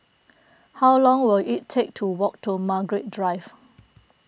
how long will it take to walk to Margaret Drive